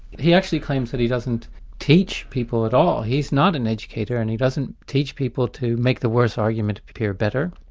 he actually claims that he doesn't teach people at all, he's not an educator, and he doesn't teach people to make the worse argument appear better.